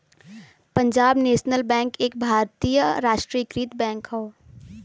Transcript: Punjab National Bank एक भारतीय राष्ट्रीयकृत बैंक हौ